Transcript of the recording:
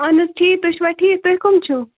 اَہن حظ ٹھیٖک تُہۍ چھُوا ٹھیٖک تُہۍ کَم چھُو